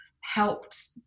helped